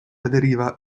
aderiva